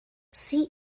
see